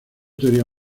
teoría